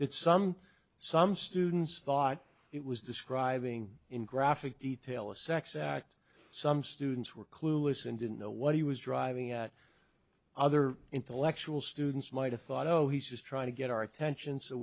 that some some students thought it was describing in graphic detail a sex act some students were clueless and didn't know what he was driving at other intellectual students might have thought oh he's just trying to get our attention so